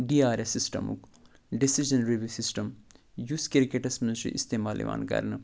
D R S سِسٹَمُک decision review system یُس کِرکٮ۪ٹَس منٛز چھُ استعمال یِوان کرنہٕ